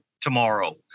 tomorrow